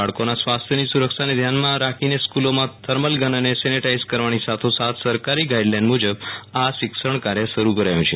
બાળકોના સ્વાસ્થ્યની સુરક્ષાને ધ્યાનમાં રાખીને સ્કુલોમાં થર્મલગન અને સેનેટાઈઝ કરવાની સાથો સાથ સરકારી ગાઈડલાઈન મુજબ આ શિક્ષણકાર્ય શરૂ કરાયુ છે